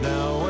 Now